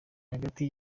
hagati